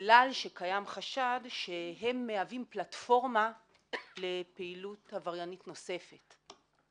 בגלל שקיים חשד שהם מהווים פלטפורמה לפעילות עבריינית נוספת.